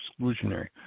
exclusionary